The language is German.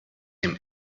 dem